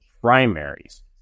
primaries